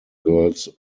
girls